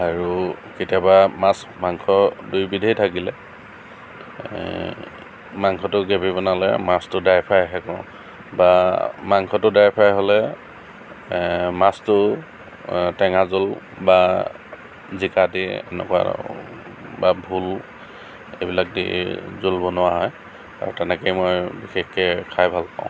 আৰু কেতিয়াবা মাছ মাংস দুয়োবিধেই থাকিলে মাংসটো গ্ৰেভি বনালে মাছটো ড্ৰাই ফ্ৰাইহে কৰোঁ বা মাংসটো ড্ৰাই ফ্ৰাই হ'লে মাছটো টেঙা জোল বা জিকা দি এনেকুৱা বা ভোল এইবিলাক দি জোল বনোৱা হয় আৰু তেনেকৈয়ে মই বিশেষকৈ খাই ভাল পাওঁ